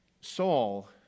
Saul